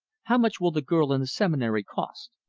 how much will the girl and the seminary cost?